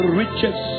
riches